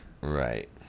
Right